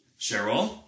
Cheryl